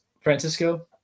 francisco